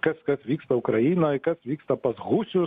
kas kas vyksta ukrainoj kas vyksta pas husius